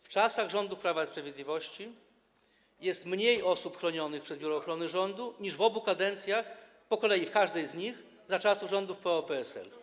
W czasach rządów Prawa i Sprawiedliwości jest mniej osób chronionych przez Biuro Ochrony Rządu niż w obu kadencjach, po kolei w każdej z nich, za czasów rządów PO-PSL.